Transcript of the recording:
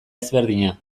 ezberdina